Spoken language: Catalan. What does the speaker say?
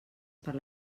per